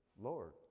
Lord